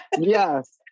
Yes